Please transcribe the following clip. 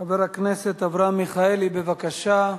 חבר הכנסת אברהם מיכאלי, בבקשה.